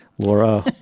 Laura